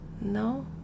No